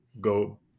go